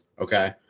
Okay